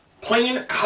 plain